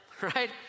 right